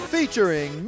Featuring